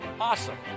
awesome